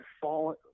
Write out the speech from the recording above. fallen –